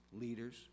leaders